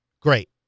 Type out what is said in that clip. Great